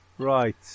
Right